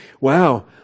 Wow